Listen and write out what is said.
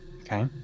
Okay